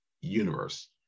universe